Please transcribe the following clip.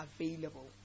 available